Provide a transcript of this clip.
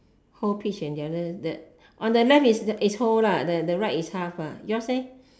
whole peach the on the left is whole lah the right is half lah yours leh